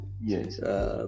Yes